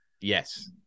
Yes